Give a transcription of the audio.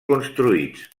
construïts